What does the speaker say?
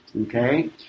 okay